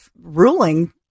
ruling